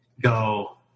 go